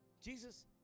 Jesus